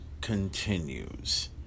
continues